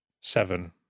Seven